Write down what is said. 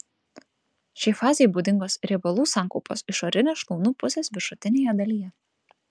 šiai fazei būdingos riebalų sankaupos išorinės šlaunų pusės viršutinėje dalyje